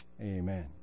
Amen